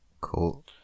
Cool